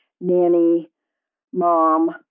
nanny-mom